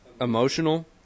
emotional